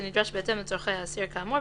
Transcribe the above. כנדרש בהתאם לצורכי האסיר כאמור,